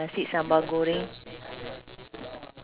ah same lah they will like western food